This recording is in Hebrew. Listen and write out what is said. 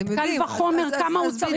כמה טוב שיהיה.